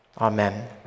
amen